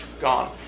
gone